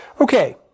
Okay